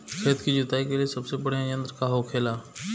खेत की जुताई के लिए सबसे बढ़ियां यंत्र का होखेला?